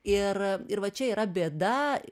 ir ir va čia yra bėda